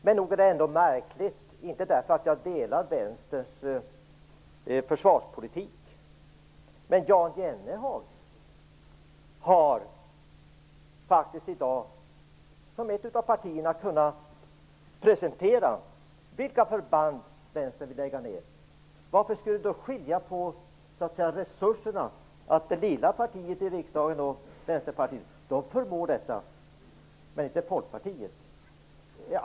Men då är det märkligt - inte för att jag delar Vänsterns försvarspolitik - att Jan Jennehag i dag har kunnat presentera vilka förband Vänstern vill lägga ned. Hur kan det skilja på resurserna så att ett litet parti i riksdagen som Vänsterpartiet förmår detta, men inte Folkpartiet?